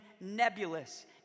nebulous